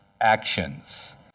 actions